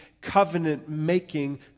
covenant-making